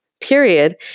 period